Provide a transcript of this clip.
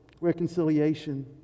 reconciliation